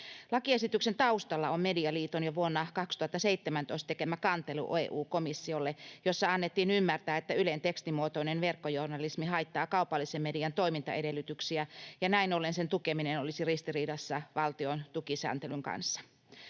Lakiesityksen taustalla on Medialiiton jo vuonna 2017 tekemä kantelu EU-komissiolle, jossa annettiin ymmärtää, että Ylen tekstimuotoinen verkkojournalismi haittaa kaupallisen median toimintaedellytyksiä ja näin ollen sen tukeminen olisi ristiriidassa valtion tukisääntelyn kanssa.